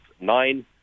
nine